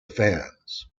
fans